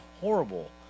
horrible